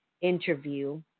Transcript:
interview